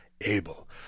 Abel